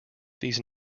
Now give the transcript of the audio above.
these